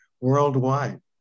worldwide